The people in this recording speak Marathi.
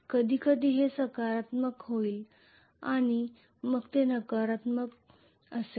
कधीकधी हे सकारात्मक होईल आणि हे नकारात्मक असेल